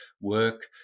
work